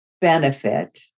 benefit